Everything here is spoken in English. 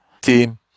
team